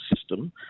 system